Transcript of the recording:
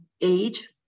age